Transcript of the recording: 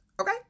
Okay